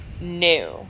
new